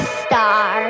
star